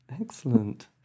Excellent